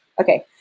Okay